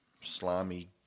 slimy